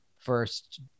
first